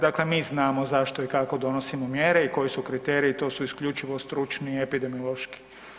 Dakle, mi znamo zašto i kako donosimo mjere i koji su kriteriji, to su isključivo stručni epidemiološki.